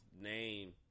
name